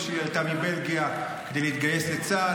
אימא שלי עלתה מבלגיה כדי להתגייס לצה"ל,